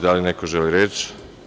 Da li neko želi reč?